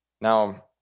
Now